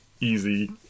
easy